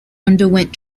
underwent